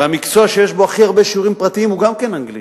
והמקצוע שיש בו הכי הרבה שיעורים פרטיים הוא גם כן אנגלית.